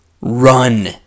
run